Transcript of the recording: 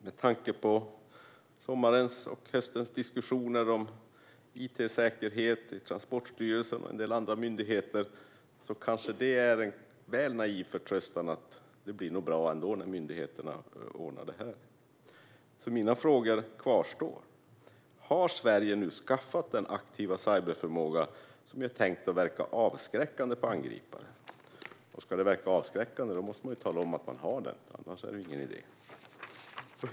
Med tanke på sommarens och höstens diskussioner om it-säkerhet i Transportstyrelsen och en del andra myndigheter kanske det är en väl naiv förtröstan att det blir nog bra ändå när myndigheterna ordnar det hela. Mina frågor kvarstår: Har Sverige skaffat den aktiva cyberförmåga som är tänkt att verka avskräckande på angripare? Om den ska verka avskräckande måste man tala om att den finns - annars är det ingen idé.